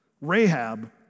Rahab